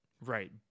Right